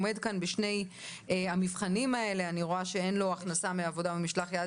הוא עומד בשני המבחנים האלה שאין לו הכנסה מעבודה או ממשלח יד